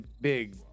big